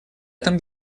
этом